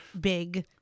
big